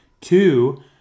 Two